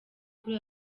kuri